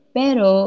pero